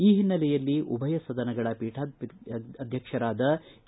ಈ ಹಿನ್ನೆಲೆಯಲ್ಲಿ ಉಭಯ ಸದನಗಳ ಪೀಠಾಧ್ಯಕ್ಷರಾದ ಕೆ